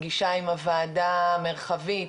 פגישה עם הועדה המרחבית,